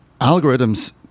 algorithms